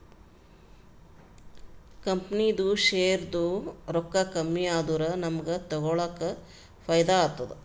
ಕಂಪನಿದು ಶೇರ್ದು ರೊಕ್ಕಾ ಕಮ್ಮಿ ಆದೂರ ನಮುಗ್ಗ ತಗೊಳಕ್ ಫೈದಾ ಆತ್ತುದ